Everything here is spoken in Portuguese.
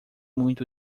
muito